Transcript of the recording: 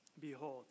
Behold